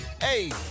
hey